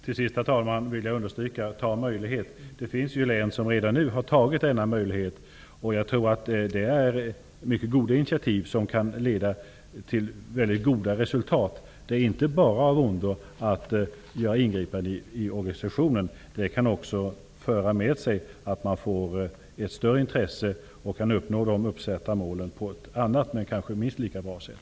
Herr talman! Jag vill understryka att det finns län som redan nu har tagit till vara denna möjlighet, och jag tror att det är mycket goda initiativ, som kan ge väldigt goda resultat. Det är inte bara av ondo att göra ingripanden i organisationen. Det kan också föra med sig ett större intresse och göra att man kan uppnå de uppsatta målen på ett annat men kanske minst lika bra sätt.